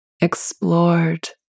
explored